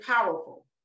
powerful